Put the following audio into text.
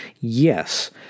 yes